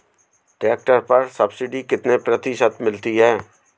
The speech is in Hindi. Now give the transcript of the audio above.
ट्रैक्टर पर सब्सिडी कितने प्रतिशत मिलती है?